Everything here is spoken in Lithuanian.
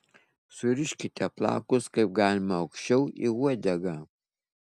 suriškite plaukus kaip galima aukščiau į uodegą